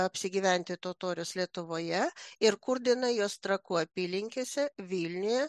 apsigyventi totorius lietuvoje ir kurdina juos trakų apylinkėse vilniuje